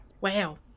Wow